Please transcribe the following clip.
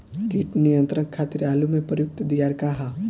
कीट नियंत्रण खातिर आलू में प्रयुक्त दियार का ह?